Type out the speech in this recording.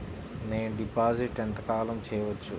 నేను డిపాజిట్ ఎంత కాలం చెయ్యవచ్చు?